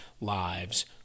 Lives